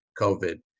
COVID